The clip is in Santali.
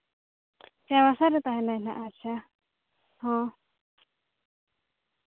ᱦᱮᱸ ᱪᱟᱭᱵᱟᱥᱟᱨᱮᱭ ᱛᱟᱦᱮᱱᱟᱭ ᱱᱟᱜ ᱟᱪᱪᱷᱟ ᱦᱚᱸ